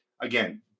again